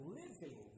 living